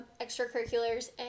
extracurriculars